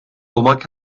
olmak